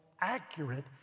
accurate